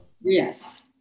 Yes